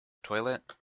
toilet